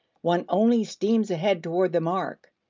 one only steams ahead toward the mark.